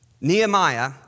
Nehemiah